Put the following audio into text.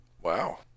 Wow